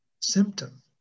symptom